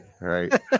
right